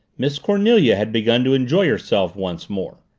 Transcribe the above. miss cornelia had begun to enjoy herself once more.